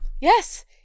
Yes